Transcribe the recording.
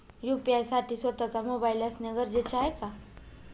UPI साठी स्वत:चा mobile असणे गरजेचे आहे का?